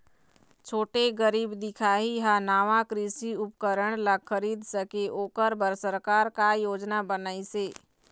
छोटे गरीब दिखाही हा नावा कृषि उपकरण ला खरीद सके ओकर बर सरकार का योजना बनाइसे?